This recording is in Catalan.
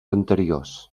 anteriors